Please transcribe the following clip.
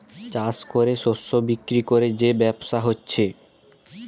চাষ কোরে শস্য বিক্রি কোরে যে ব্যবসা হচ্ছে